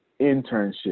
internship